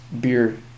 beer